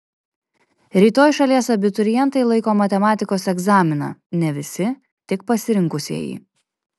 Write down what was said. rytoj šalies abiturientai laiko matematikos egzaminą ne visi tik pasirinkusieji